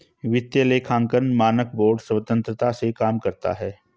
वित्तीय लेखांकन मानक बोर्ड स्वतंत्रता से काम करता है